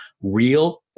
real